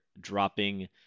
dropping